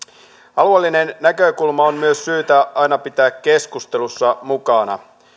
alueellinen näkökulma on myös syytä aina pitää keskustelussa mukana